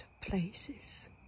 places